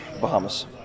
Bahamas